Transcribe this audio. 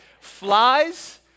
Flies